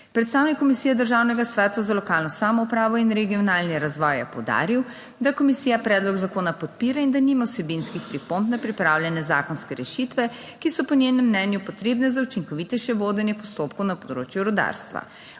Predstavnik Komisije Državnega sveta za lokalno samoupravo in regionalni razvoj je poudaril, da komisija predlog zakona podpira in da nima vsebinskih pripomb na pripravljene zakonske rešitve, ki so po njenem mnenju potrebne za učinkovitejše vodenje postopkov na področju rudarstva.